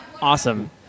Awesome